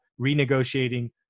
renegotiating